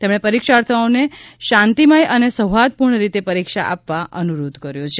તેમણે પરિક્ષાર્થીઓને શાંતિમય અને સૌહાર્દપૂર્ણ રીતે પરિક્ષા આપવા અનુરોધ કર્યો છે